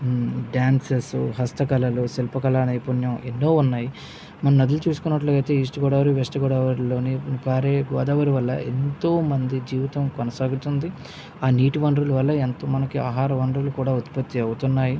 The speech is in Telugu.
డాన్సస్ హస్తకళలు శిల్పకళా నైపుణ్యం ఎన్నో ఉన్నాయి మన నదులు చూసుకున్నట్టయితే ఈస్ట్ గోదావరి వెస్ట్ గోదావరిలోని పారే గోదావరి వల్ల ఎంతో మంది జీవితం కొనసాగుతుంది ఆ నీటి వనరుల వల్ల ఎంతో మనకి ఆహారవనరులు కూడా ఉత్పత్తి అవుతున్నాయి